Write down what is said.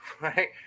right